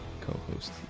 co-host